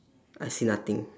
I see nothing